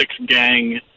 six-gang